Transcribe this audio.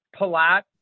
Palat